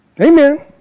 Amen